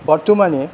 বর্তমানে